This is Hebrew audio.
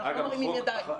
ואנחנו לא מרימים ידיים.